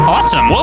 Awesome